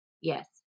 Yes